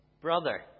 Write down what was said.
brother